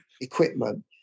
equipment